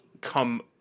come